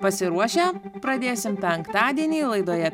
pasiruošę pradėsim penktadienį laidoje